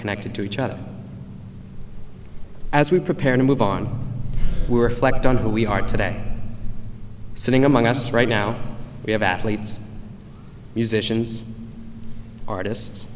connected to each other as we prepare to move on we were flecked on who we are today sitting among us right now we have athletes musicians artists